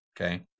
okay